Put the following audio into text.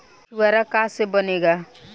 छुआरा का से बनेगा?